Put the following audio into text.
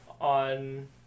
on